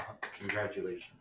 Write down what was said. congratulations